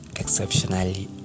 exceptionally